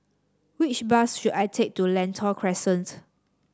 which bus should I take to Lentor Crescent